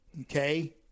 Okay